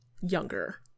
younger